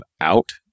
out